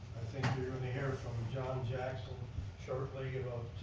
think you're going to hear from john jackson shortly, about